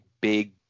big